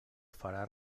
farà